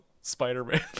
Spider-Man